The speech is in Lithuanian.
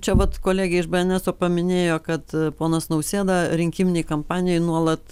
čia vat kolegė iš bėeneso paminėjo kad ponas nausėda rinkiminėj kampanijoj nuolat